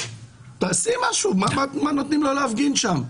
תעשי משהו, מה נותנים לו להפגין שם.